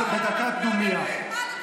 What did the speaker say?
בדקת דומייה.